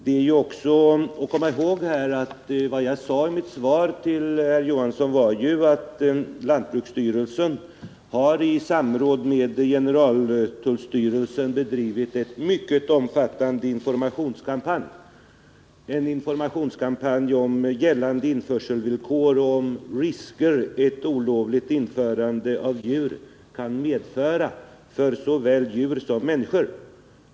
Man bör också komma ihåg vad jag sade i mitt första svar till herr Johansson, nämligen att lantbruksstyrelsen i samråd med generaltullstyrelsen har bedrivit en mycket omfattande informationskampanj om gällande införselvillkor och de risker ett olovligt införande av djur kan medföra för såväl djur som människor.